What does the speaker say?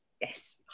yes